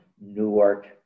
Newark